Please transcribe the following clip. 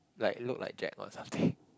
like look like Jack or something